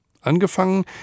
Angefangen